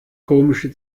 komische